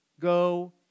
Go